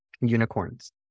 unicorns